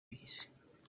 bihise